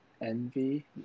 Envy